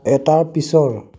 এটাৰ পিছৰ